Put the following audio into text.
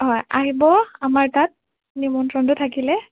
হয় আহিব আমাৰ তাত নিমন্ত্ৰণটো থাকিলে